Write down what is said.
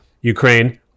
Ukraine